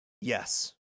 Yes